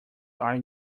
are